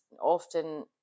often